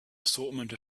assortment